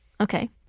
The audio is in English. okay